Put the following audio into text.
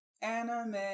anime